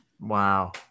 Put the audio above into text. Wow